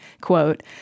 quote